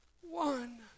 one